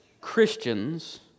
Christians